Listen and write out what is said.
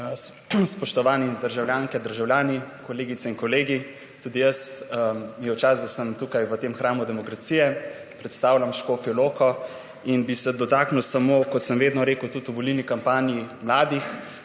Spoštovani državljanke, državljani, kolegice in kolegi! Tudi meni je v čast, da sem tukaj v tem hramu demokracije. Predstavljam Škofjo Loko. In bi se dotaknil samo, kot sem vedno rekel tudi v volilni kampanji, mladih.